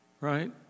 Right